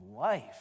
life